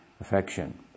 affection